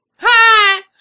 Hi